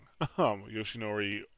Yoshinori